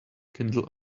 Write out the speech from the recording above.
kindle